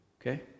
Okay